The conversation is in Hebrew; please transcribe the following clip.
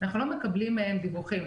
אנחנו לא מקבלים מהן דיווחים.